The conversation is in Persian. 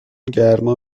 گرما